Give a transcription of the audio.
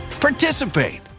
participate